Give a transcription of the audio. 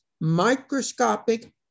microscopic